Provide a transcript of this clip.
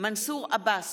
מנסור עבאס,